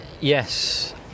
yes